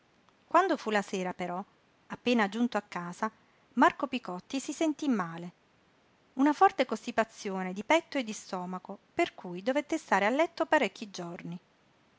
quando fu la sera però appena giunto a casa marco picotti si sentí male una forte costipazione di petto e di stomaco per cui dovette stare a letto parecchi giorni